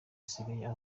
usigaye